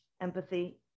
empathy